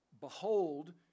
Behold